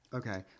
okay